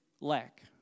lack